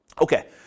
Okay